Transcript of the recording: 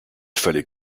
fallait